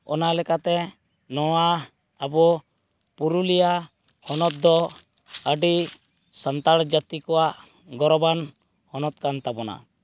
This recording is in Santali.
ᱚᱱᱟ ᱞᱮᱠᱟᱛᱮ ᱱᱚᱣᱟ ᱟᱵᱚ ᱯᱩᱨᱩᱞᱤᱭᱟᱹ ᱦᱚᱱᱚᱛ ᱫᱚ ᱟᱹᱰᱤ ᱥᱟᱱᱛᱟᱲ ᱡᱟᱹᱛᱤ ᱠᱚᱣᱟᱜ ᱜᱚᱨᱚᱵᱟᱱ ᱦᱚᱱᱚᱛᱠᱟᱱ ᱛᱟᱵᱚᱱᱟ